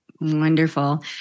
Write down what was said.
Wonderful